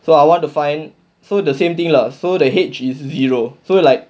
so I want to find so the same thing lah so the H is zero so like